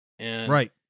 Right